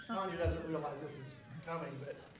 tanya doesn't realize this is coming, but